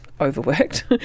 overworked